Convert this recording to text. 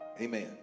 Amen